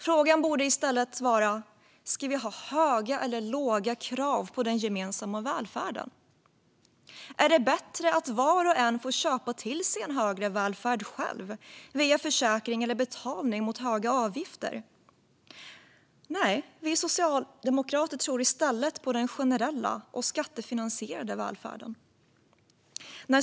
Frågan borde i stället vara: Ska vi ha höga eller låga krav på den gemensamma välfärden? Är det bättre att var och en får köpa till sig en högre välfärd själv via försäkring eller genom betalning av höga avgifter? Nej, vi socialdemokrater tror i stället på den generella och skattefinansierade välfärden.